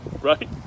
right